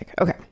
Okay